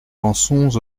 pensons